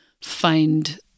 find